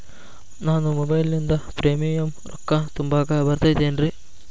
ನಾನು ಮೊಬೈಲಿನಿಂದ್ ಪ್ರೇಮಿಯಂ ರೊಕ್ಕಾ ತುಂಬಾಕ್ ಬರತೈತೇನ್ರೇ?